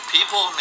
People